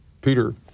Peter